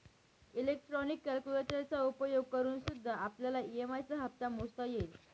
electronic कैलकुलेटरचा उपयोग करूनसुद्धा आपल्याला ई.एम.आई चा हप्ता मोजता येईल